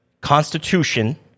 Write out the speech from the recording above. Constitution